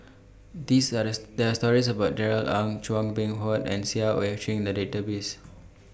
These Are There Are stories about Darrell Ang Chua Beng Huat and Seah EU Chin in The Database